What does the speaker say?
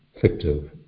fictive